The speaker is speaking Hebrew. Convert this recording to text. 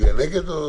תצביעו נגד?